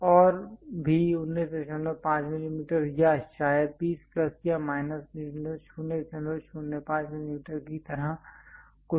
और भी 195 mm या शायद 20 प्लस या माइनस 005 mm की तरह कुछ